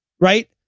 right